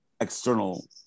external